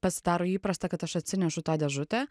pasidaro įprasta kad aš atsinešu tą dėžutę